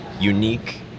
unique